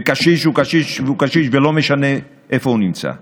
וקשיש הוא קשיש הוא קשיש, ולא משנה איפה הוא נמצא.